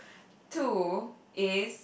two is